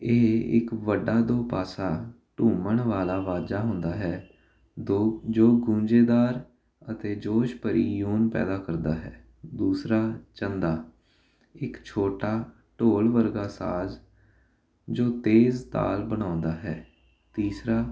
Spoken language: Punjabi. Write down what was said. ਇਹ ਇੱਕ ਵੱਡਾ ਦੋ ਪਾਸਾ ਢੂਮਣ ਵਾਲਾ ਵਾਜਾ ਹੁੰਦਾ ਹੈ ਦੋ ਜੋ ਗੂੰਜਦਾਰ ਅਤੇ ਜੋਸ਼ ਭਰੀ ਯੂਨ ਪੈਦਾ ਕਰਦਾ ਹੈ ਦੂਸਰਾ ਚੰਦਾ ਇੱਕ ਛੋਟਾ ਢੋਲ ਵਰਗਾ ਸਾਜ਼ ਜੋ ਤੇਜ਼ ਤਾਲ ਬਣਾਉਂਦਾ ਹੈ ਤੀਸਰਾ